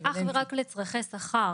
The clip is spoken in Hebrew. זה אך ורק לצרכי שכר.